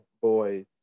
boys